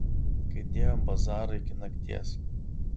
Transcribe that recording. kai dėjom bazarą iki nakties